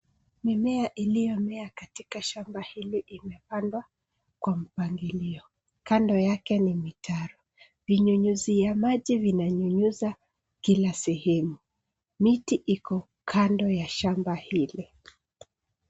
Mimea iliyomea katika shamba hili imepandwa kwa mpangilio. Kando yake ni mitaro vinyunyuzia maji vinanyunyiza kila sehemu. Miti iko kando ya shamba hili.